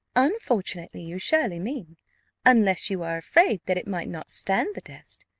unfortunately, you surely mean unless you are afraid that it might not stand the test.